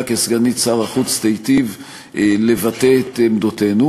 כסגנית שר החוץ תיטיב לבטא את עמדותינו,